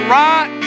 right